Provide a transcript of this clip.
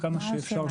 כמה שאפשר,